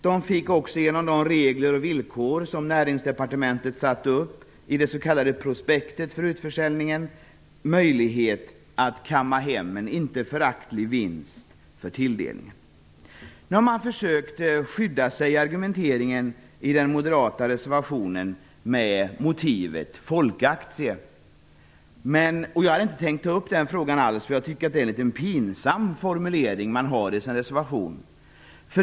De fick också genom de regler och villkor som Näringsdepartementet satte upp i det s.k. prospektet för utförsäljningen möjlighet att kamma hem en inte föraktlig vinst på tilldelningen. I argumenteringen i den moderata reservationen har man försökt skydda sig med motivet folkaktie. Jag hade inte alls tänkt ta upp det - jag tycker att det är en pinsam formulering.